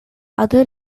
other